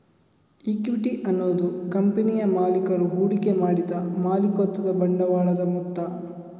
equity ಅನ್ನುದು ಕಂಪನಿಯ ಮಾಲೀಕರು ಹೂಡಿಕೆ ಮಾಡಿದ ಮಾಲೀಕತ್ವದ ಬಂಡವಾಳದ ಮೊತ್ತ